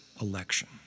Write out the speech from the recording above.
election